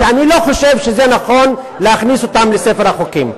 שאני לא חושב שנכון להכניס אותם לספר החוקים.